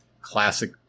classic